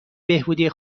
بهبودی